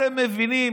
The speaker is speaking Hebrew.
אתם מבינים